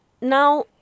Now